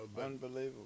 unbelievable